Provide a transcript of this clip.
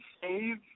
save